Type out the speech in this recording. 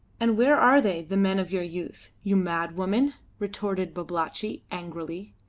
and where are they, the men of your youth? you mad woman! retorted babalatchi, angrily.